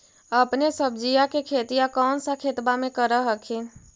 अपने सब्जिया के खेतिया कौन सा खेतबा मे कर हखिन?